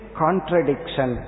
contradiction